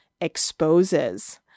exposes